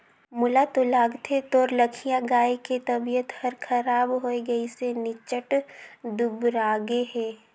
मोला तो लगथे तोर लखिया गाय के तबियत हर खराब होये गइसे निच्च्ट दुबरागे हे